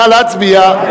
נא להצביע.